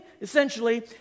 essentially